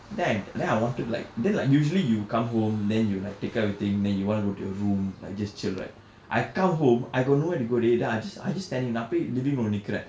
then I then I wanted to like then like usually you come home then you like take out everything then you want to go to your room like just chill right I come home I got nowhere to go dey then I just I just standing நான் போய்:naan pooi living room இல்ல நிக்கிறேன்:illa nikkiraen